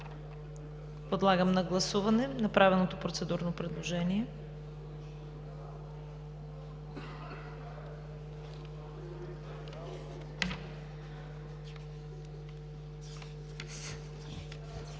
Подлагам на гласуване направеното процедурно предложение.